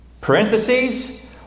Parentheses